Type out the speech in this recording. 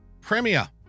Premier